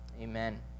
Amen